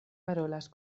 valoras